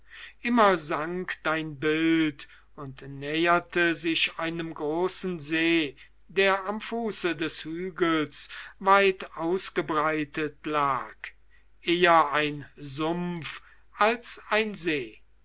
immer sank dein bild und näherte sich einem großen see der am fuße des hügels weit ausgebreitet lag eher ein sumpf als ein see